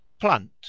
Plant